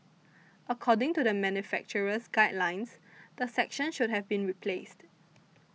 according to the manufacturer's guidelines the section should have been replaced